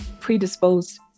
predisposed